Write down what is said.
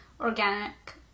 organic